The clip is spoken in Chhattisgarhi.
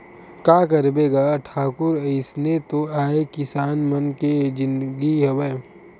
का करबे गा ठाकुर अइसने तो आय किसान मन के जिनगी हवय